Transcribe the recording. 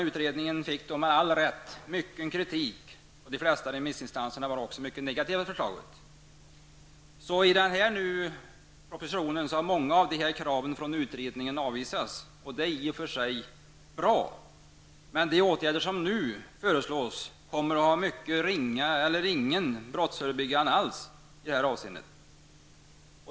Utredningen fick med all rätt mycket kritik, och de flesta remissinstanserna var mycket negativa till förslaget. I propositionen har många av kraven från utredningen avvisats, och det är väl i och för sig bra. De åtgärder som nu föreslås skulle ha mycket ringa eller ingen brottsförebyggande verkan alls.